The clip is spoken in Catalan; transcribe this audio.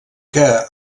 que